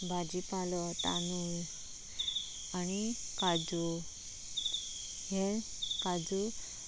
भाजी पालो तांदूळ आनी काजू हे काजू